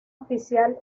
oficial